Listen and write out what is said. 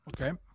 Okay